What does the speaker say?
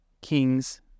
kings